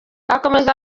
akomeza